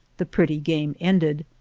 the pretty game ended.